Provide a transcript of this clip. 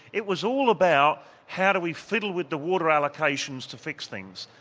it was all about how do we fiddle with the water allocations to fix things.